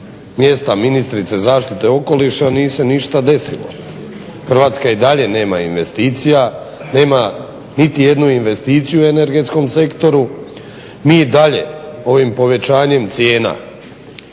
mjesta ministrice zaštite okoliša nije se ništa desilo. Hrvatska i dalje nema investicija, nema niti jednu investiciju u energetskom sektoru. Mi dalje ovim povećanjem cijena